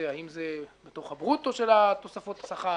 והאם זה בתוך הברוטו של תוספות השכר,